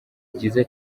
byiza